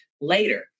later